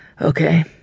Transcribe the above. Okay